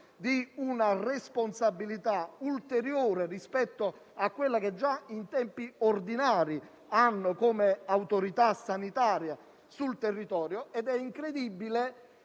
di una responsabilità ulteriore rispetto a quella che hanno già, in tempi ordinari, come autorità sanitaria sul territorio. È incredibile